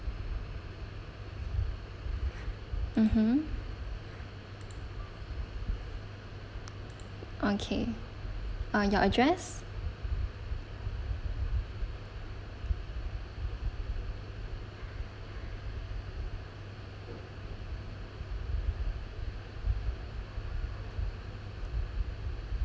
mmhmm okay uh your address